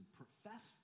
profess